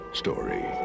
story